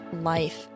life